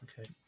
Okay